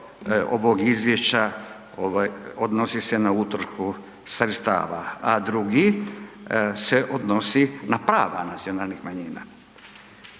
ovog izvješća odnosi se na utrošku sredstava a drugi se odnosi na prava nacionalnih manjina.